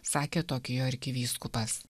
sakė tokijo arkivyskupas